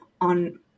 on